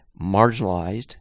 marginalized